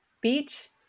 beach